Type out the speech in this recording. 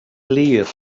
glir